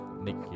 Nick